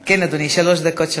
כן, אדוני, שלוש דקות שלך.